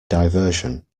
diversion